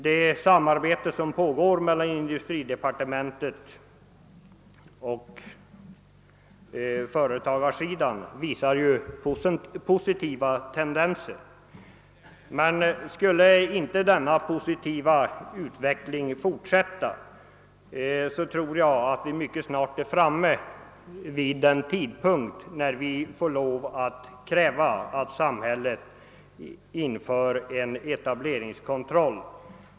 Det samarbete som pågår mellan industridepartementet och företagarsidan är en positiv företeelse. Skulle inte denna positiva utveckling fortsätta, tror jag att vi mycket snart är framme vid en tidpunkt när vi måste kräva att samhället inför en etableringskontroll.